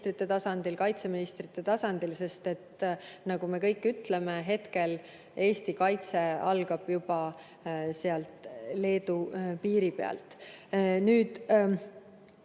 kaitseministrite tasandil, sest, nagu me kõik ütleme, hetkel algab Eesti kaitse juba Leedu piiri peal.